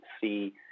see